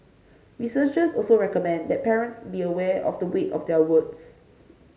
researchers also recommend that parents be aware of the weight of their words